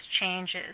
changes